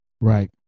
right